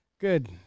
Good